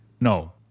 no